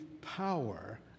power